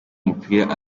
umupira